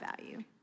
value